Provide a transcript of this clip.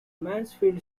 mansfield